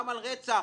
גם על רצח.